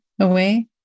Away